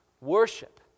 Worship